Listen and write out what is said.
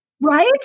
Right